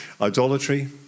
Idolatry